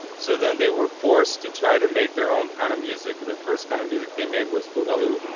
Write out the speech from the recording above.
so then they were forced to try to make their own kind of music that first kind of music they made was boogaloo.